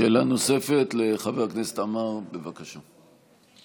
שאלה נוספת לחבר הכנסת עמאר, בבקשה.